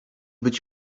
być